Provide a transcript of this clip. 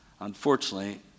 Unfortunately